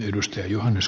arvoisa puhemies